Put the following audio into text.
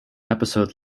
episode